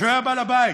הוא היה בעל הבית,